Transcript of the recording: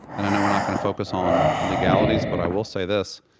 and i know we're not going to focus on legalities, but i will say this.